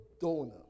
donor